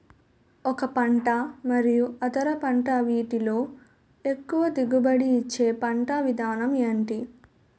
ఒక పంట మరియు అంతర పంట వీటిలో ఎక్కువ దిగుబడి ఇచ్చే పంట విధానం ఏంటి?